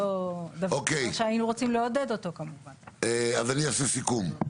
אוקיי, אני אעשה סיכום.